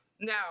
Now